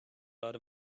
lot